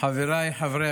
חבריי חברי